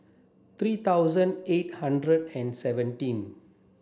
three thousand eight hundred and seventeen